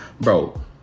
bro